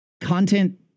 content